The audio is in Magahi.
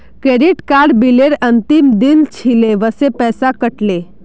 क्रेडिट कार्ड बिलेर अंतिम दिन छिले वसे पैसा कट ले